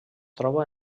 troba